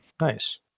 Nice